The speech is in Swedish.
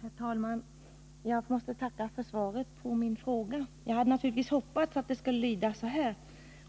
Herr talman! Jag måste tacka för svaret på min fråga. Jag hade naturligtvis hoppats att det skulle lyda så här: